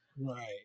Right